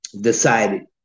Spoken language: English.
decided